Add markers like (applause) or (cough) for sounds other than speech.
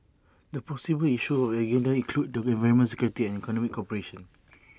(noise) the possible issues on the agenda include the environment security and economic cooperation